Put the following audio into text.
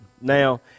Now